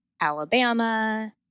Alabama